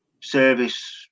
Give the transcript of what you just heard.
service